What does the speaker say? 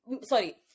sorry